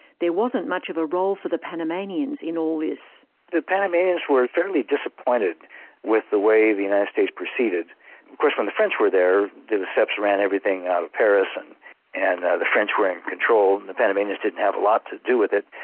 there wasn't much of a role for the panamanians in the panamanians were fairly disappointed with the way the united states proceeded. of course when the french were there, de lesseps ran everything out of paris and and the french were in control and the panamanians didn't have a lot to do with it.